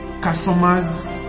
customers